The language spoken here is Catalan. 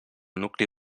nucli